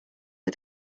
but